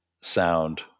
sound